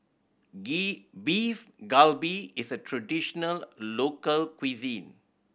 Beef Galbi is a traditional local cuisine